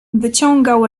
wyciągał